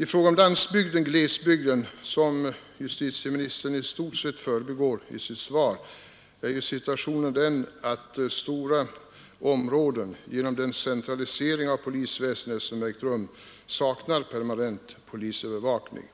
I fråga om landsbygden —glesbygden, som justitieministern i stort sett förbigår i sitt svar, är ju situationen den att stora områden på grund av den centralisering av polisväsendet som ägt rum saknar permanent polisövervakning.